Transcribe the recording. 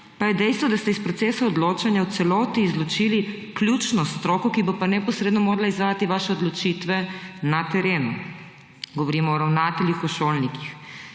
pa je dejstvo, da ste iz procesa odločanja v celoti izločili ključno stroko, ki bo pa neposredno morala izvajati vaše odločitve na terenu. Govorim o ravnateljih, o šolnikih.